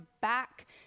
back